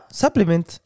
supplement